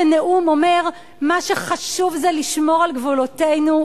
בנאום שמה שחשוב זה לשמור על גבולותינו.